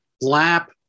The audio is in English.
LAP